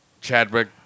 Chadwick